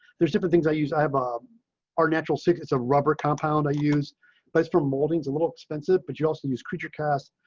there's different things. i use. i have um our natural secrets of ah rubber compound. i use, but it's from moldings, a little expensive, but you also use creature cast,